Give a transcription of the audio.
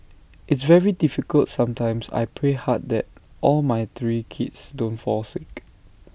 it's very difficult sometimes I pray hard that all my three kids don't fall sick